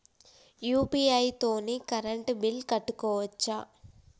UPI తోని current bill కట్టుకోవచ్ఛా?